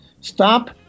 stop